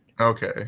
Okay